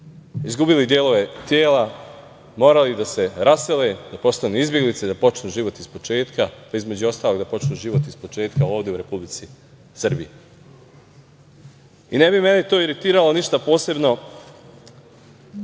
izgubili delove tela, morali da se rasele, da postanu izbeglice, da počnu život ispočetka, a između ostalog da počnu život ispočetka ovde u Republici Srbiji. Ne bi mene to iritiralo ništa posebno,